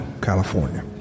California